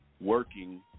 Working